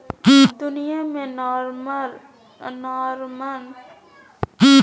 दुनिया में Norman Borlaug Bharat के सी सुब्रमण्यम हरित क्रांति के जनक हलई